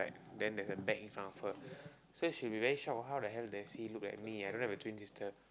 then there's a bag in front of her so she will be very shocked how the hell does she look like me I don't have a twin sister